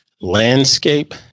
landscape